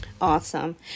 Awesome